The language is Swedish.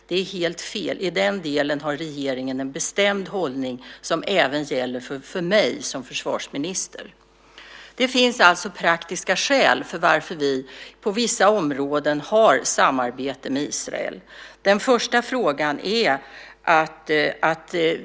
Det är helt fel, i den delen har regeringen en bestämd hållning som även gäller för mig som försvarsminister. Det finns alltså praktiska skäl till att vi på vissa områden har samarbete med Israel.